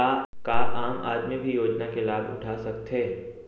का आम आदमी भी योजना के लाभ उठा सकथे?